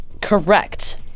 Correct